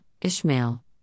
Ishmael